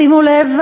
שימו לב,